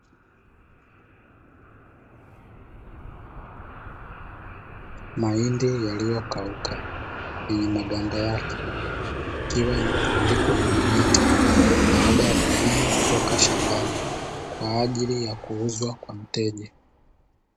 Mahindi yaliyokauka yenye maganda yake yakiwa yametundikwa kwenye miti baada ya kuvunwa kutoka shambani kwa ajili ya kuuzwa kwa mteja.